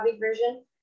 version